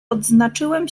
odznaczyłem